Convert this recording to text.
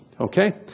Okay